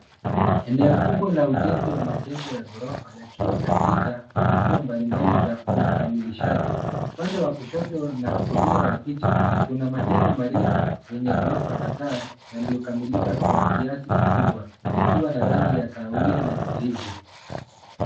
Eneo kubwa la ujenzi wa majengo ya gorofa yakiwa katika hatua mbalimbali za ukamilishaji. Upande wa kushoto na kulia wa picha, kuna majengo marefu yenye ghorofa kadhaa yaliyokamilika kwa kiasi kikubwa yakiwa na rangi ya kahawia na kijivu.